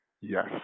yes